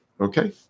Okay